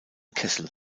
kessel